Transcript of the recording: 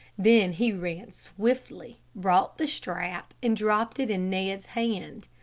then he ran swiftly, brought the strap, and dropped it in ned's hand.